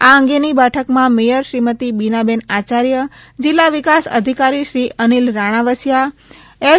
આ અંગેની બેઠકમાં મેયર શ્રીમતી બીનાબેન આયાર્ય જિલ્લા વિકાસ અધિકારીશ્રી અનિલ રાણાવસીયા એસ